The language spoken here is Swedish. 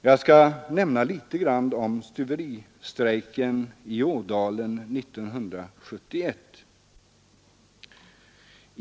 Jag skall nämna stuveriarbetarstrejken i Ådalen 1971.